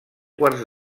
quarts